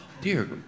dear